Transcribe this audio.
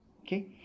okay